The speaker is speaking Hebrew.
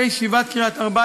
לצערי הרב,